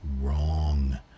wrong